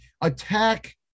attack